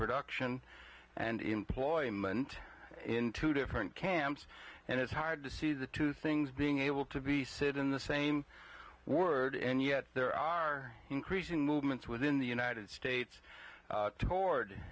production and employment in two different camps and it's hard to see the two things being able to be said in the same word and yet there are increasing movements within the united states to board